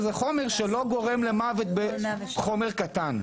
שלא גורם למוות בחומר קטן.